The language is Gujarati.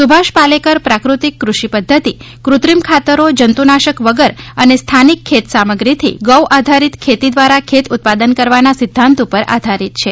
સુભાષ પાલેકર પ્રાક્રતિક ક્રષિ પદ્ધતિ ક્રત્રિમ ખાતરો જંતુનાશક વગર અને સ્થાનિક ખેત સામગ્રીથી ગૌ આધારિત ખેતી દ્વારા ખેત ઉત્પાદન કરવાના સિદ્ધાંત ઉપર આધારિત છે